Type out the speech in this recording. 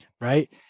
right